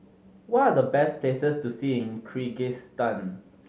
what are the best places to see in Kyrgyzstan